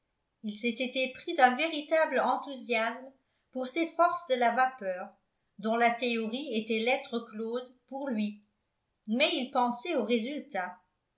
il s'était épris d'un véritable enthousiasme pour cette force de la vapeur dont la théorie était lettre close pour lui mais il pensait aux résultats